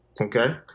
okay